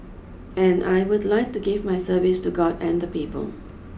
and I would like to give my service to God and people